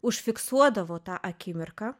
užfiksuodavo tą akimirką